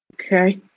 Okay